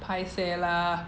paiseh lah